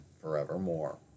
forevermore